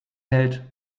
hält